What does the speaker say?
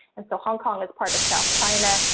and so hong kong is part of south china.